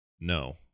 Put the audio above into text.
no